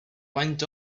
went